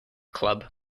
club